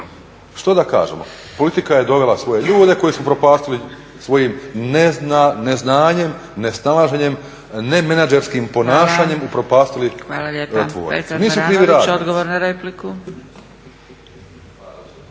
Što da kažemo? Politika je dovela svoje ljude koji su upropastili svojim neznanjem, nesnalaženjem, nemenadžerskim ponašanjem upropastili tvornice.